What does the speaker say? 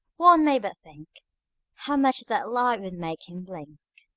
one may but think how much that light would make him blink.